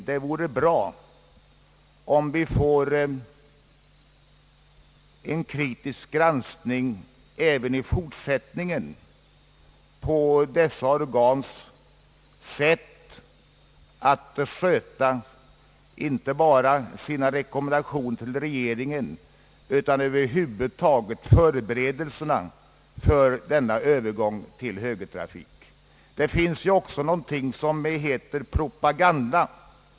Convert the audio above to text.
Det vore bra om vi finge en kritisk granskning även i fortsättningen av detta organs sätt att sköta inte bara sina rekommendationer till regeringen utan över huvud taget förberedelserna för övergången till högertrafik. Det finns ju också någonting som heter propaganda.